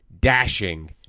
dashing